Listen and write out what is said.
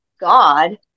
God